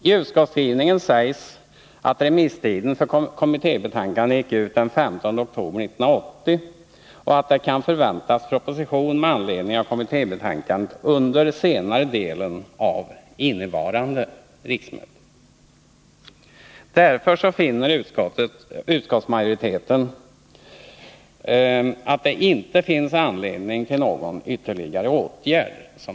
I utskottsskrivningen sägs att remisstiden för kommittébetänkandet gick ut den 15 oktober 1980 och att det under senare delen av innevarande riksmöte kan förväntas proposition med anledning av kommittébetänkandet. Därför finner utskottets majoritet att det inte finns anledning till någon ytterligare åtgärd.